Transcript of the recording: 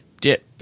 dip